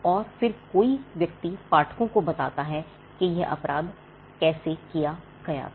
और फिर कोई व्यक्ति पाठकों को बताता है कि यह अपराध कैसे किया गया था